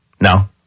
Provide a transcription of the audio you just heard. No